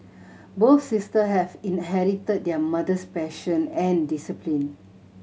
both sister have inherited their mother's passion and discipline